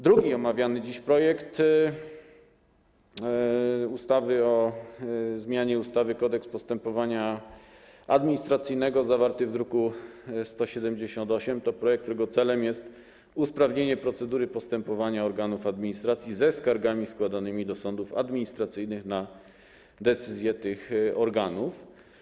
Drugi omawiany dziś projekt ustawy o zmianie ustawy - Kodeks postępowania administracyjnego, zawarty w druku nr 178, to projekt, którego celem jest usprawnienie procedury postępowania organów administracji ze skargami składanymi do sądów administracyjnych na decyzje tych organów.